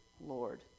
Lord